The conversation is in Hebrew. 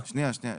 שנייה, שנייה.